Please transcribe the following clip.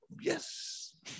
Yes